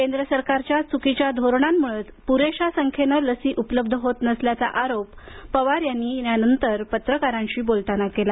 केंद्र सरकारच्या चुकीच्या धोरणामुळेच पुरेशा संख्येनं लसी उपलब्ध होत नसल्याच्या आरोप पवार यांनी यानंतर पत्रकारांशी बोलताना केला